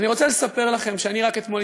אז אני רוצה לספר לכם שאני רק אתמול